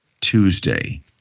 Tuesday